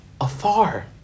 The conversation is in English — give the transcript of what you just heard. afar